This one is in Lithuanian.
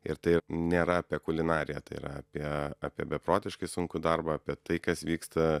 ir tai nėra apie kulinariją tai yra apie apie beprotiškai sunkų darbą apie tai kas vyksta